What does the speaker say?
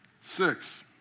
Six